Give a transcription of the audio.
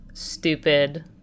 stupid